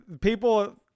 people